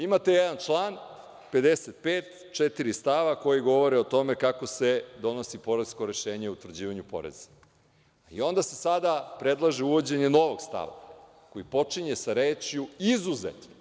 Imate jedan član 55, četiri stava koji govore o tome kako se donosi poresko rešenje o utvrđivanju poreza i onda se sada predlaže uvođenje novog stava koji počinje sa rečju – izuzetno.